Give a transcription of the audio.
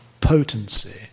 potency